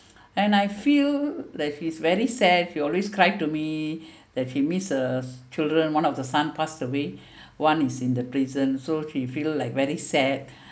and I feel like she's very sad she always cry to me that she miss her children one of the son passed away one is in the prison so she feel like very sad